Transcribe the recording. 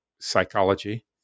psychology